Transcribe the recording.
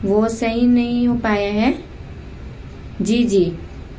وہ صحیح نہیں ہو پایا ہے جی جی